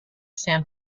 san